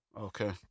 okay